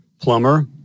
plumber